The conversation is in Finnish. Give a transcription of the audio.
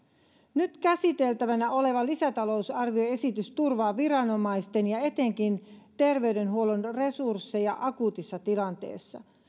nyt käsiteltävänä oleva lisätalousarvioesitys turvaa viranomaisten ja etenkin terveydenhuollon resursseja akuutissa tilanteessa